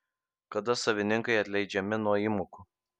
kada savininkai atleidžiami nuo įmokų